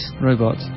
Robot